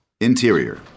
Interior